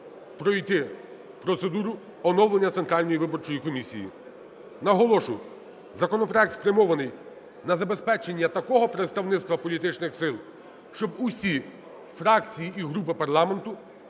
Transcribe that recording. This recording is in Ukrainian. пройти процедуру оновлення Центральної виборчої комісії. Наголошу, законопроект спрямований на забезпечення такого представництва політичних сил, щоб усі фракції і групи парламенту